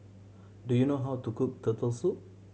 do you know how to cook Turtle Soup